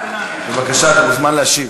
בבקשה, אתה מוזמן להשיב.